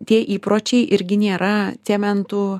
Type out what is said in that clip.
tie įpročiai irgi nėra cementu